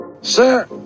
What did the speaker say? Sir